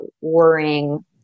worrying